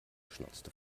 schnauzte